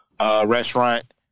restaurant